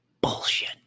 bullshit